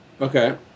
Okay